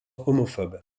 homophobe